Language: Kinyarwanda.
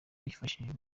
yifashishije